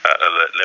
Le